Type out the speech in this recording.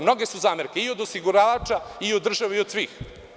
Mnoge su zamerke i od osiguravača i od države i od svih.